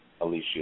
Alicia